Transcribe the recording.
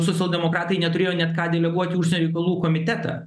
socialdemokratai neturėjo net ką deleguoti į užsienio reikalų komitetą